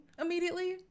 immediately